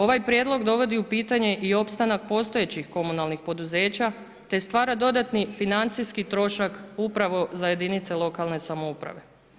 Ovaj prijedlog dovodi u pitanje i opstanak postojećih komunalnih poduzeća, te stvara dodatni financijski trošak upravo za jedinice lokalne samouprave.